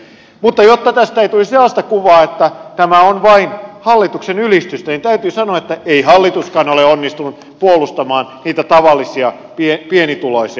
mutta jotta tästä ei tulisi sellaista kuvaa että tämä on vain hallituksen ylistystä niin täytyy sanoa että ei hallituskaan ole onnistunut puolustamaan niitä tavallisia pienituloisia